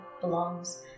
belongs